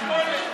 הסתייגות 118?